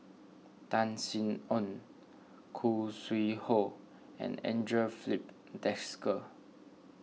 Tan Sin Aun Khoo Sui Hoe and andre Filipe Desker